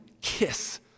Kiss